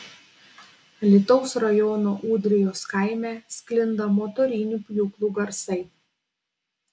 alytaus rajono ūdrijos kaime sklinda motorinių pjūklų garsai